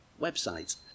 website